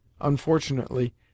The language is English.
Unfortunately